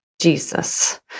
Jesus